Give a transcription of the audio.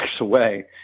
away